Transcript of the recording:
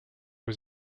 was